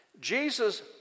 Jesus